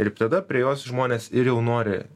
ir tada prie jos žmonės ir jau nori